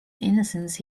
innocence